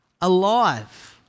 alive